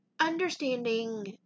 Understanding